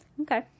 Okay